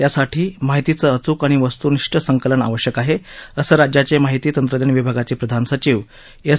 त्यासाठी माहितीचं अच्क आणि वस्त्निष्ठ संकलन आवश्यक आहे असं राज्याचे माहिती तंत्रज्ञान विभागाचे प्रधान सचिव एस